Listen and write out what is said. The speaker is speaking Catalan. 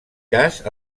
cas